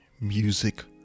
Music